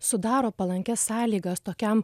sudaro palankias sąlygas tokiam